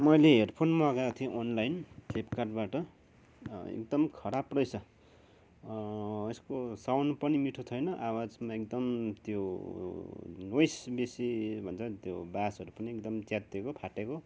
मैले हेडफोन मगाएको थिएँ अनलाइन फ्लिपकार्टबाट एकदम खराब रहेछ यसको साउन्ड पनि मिठो छैन आवाजमा एकदम त्यो बेस बेसी भन्च नि त्यो बासहरू पनि एकदम त्यो च्यातिएको फाटेको